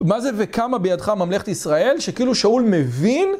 מה זה וקמה בידך ממלכת ישראל, שכאילו שאול מבין?